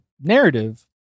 narrative